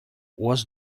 was